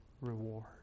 reward